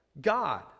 God